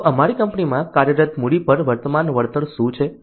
તો અમારી કંપનીમાં કાર્યરત મૂડી પર વર્તમાન વળતર શું છે